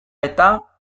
eta